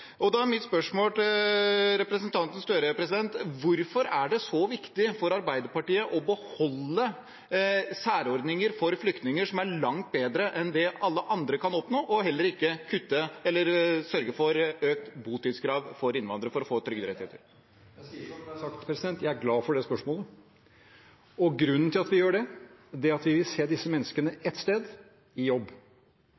få. Da er mitt spørsmål til representanten Gahr Støre: Hvorfor er det så viktig for Arbeiderpartiet å beholde særordninger for flyktninger som er langt bedre enn det alle andre kan oppnå, og heller ikke sørge for økt botidskrav for innvandrere? Jeg sier som det er sagt: Jeg er glad for det spørsmålet. Grunnen til at vi gjør det, er at vi vil se disse menneskene